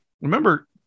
remember